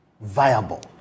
viable